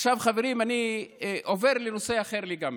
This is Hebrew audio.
עכשיו, חברים, אני עובר לנושא אחר לגמרי,